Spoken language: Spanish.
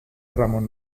ramón